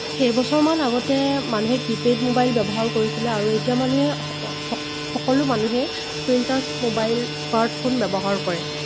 কেইবছৰমান আগতে মানুহে কীপেইড মোবাইল ব্যৱহাৰ কৰিছিলে আৰু এতিয়া মানুহে সকলো মানুহেই স্ক্ৰীন টাচ্ছ মোবাইল স্মাৰ্টফোন ব্যৱহাৰ কৰে